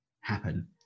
happen